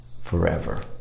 forever